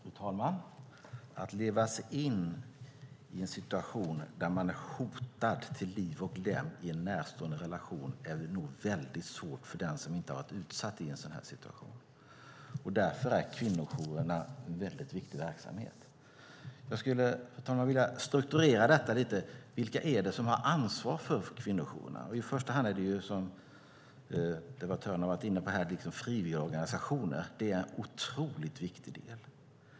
Fru talman! Att leva sig in i en situation där man är hotad till liv och lem i en närstående relation är nog väldigt svårt för den som inte har varit i en sådan situation. Därför är kvinnojourerna en mycket viktig verksamhet. Jag skulle, fru talman, vilja strukturera detta lite. Vilka är det som har ansvar för kvinnojourerna? I första hand är det, som debattörerna har varit inne på, frivilligorganisationer. Det är en otroligt viktig del.